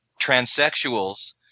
transsexuals